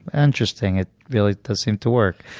and interesting. it really does seem to work.